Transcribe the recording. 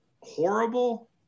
horrible